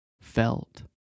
felt